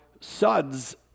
suds